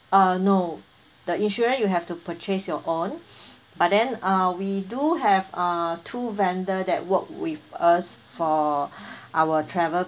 uh no the insurance you have to purchase your own but then ah we do have uh two vendor that work with us for our travel